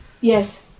Yes